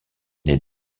les